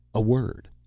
a word.